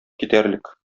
китәрлек